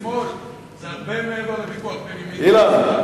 זה הרבה מעבר לוויכוח בין ימין לשמאל.